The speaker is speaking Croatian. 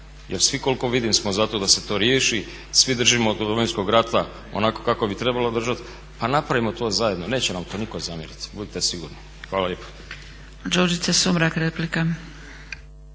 svi koliko vidim smo za to da se to riješi, svi držimo do Domovinskog rata onako kako bi trebalo držat, pa napravimo to zajedno, neće nam to nitko zamjeriti, budite sigurni. Hvala lijepo.